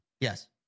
Yes